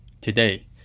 today